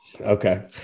Okay